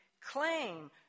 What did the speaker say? claim